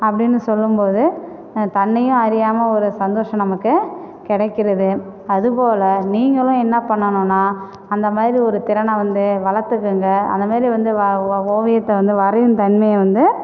அப்படின்னு சொல்லும்போது தன்னையும் அறியாமல் ஒரு சந்தோஷம் நமக்கு கிடைக்கிறது அது போல் நீங்களும் என்ன பண்ணணுன்னா அந்தமாதிரி ஒரு திறனை வந்து வழத்துக்கங்க அந்தமாதிரி வந்து ஓவியத்தை வந்து வரையும் தன்மையை வந்து